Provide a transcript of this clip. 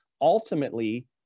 ultimately